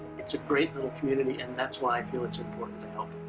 it's a great little community and that's why i feel it's important to help.